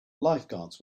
lifeguards